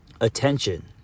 attention